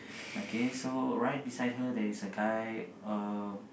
okay so right beside her there is a guy uh